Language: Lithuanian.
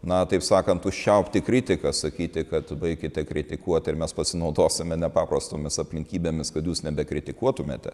na taip sakant užčiaupti kritiką sakyti kad baikite kritikuoti ir mes pasinaudosime nepaprastomis aplinkybėmis kad jūs nebekritikuotumėte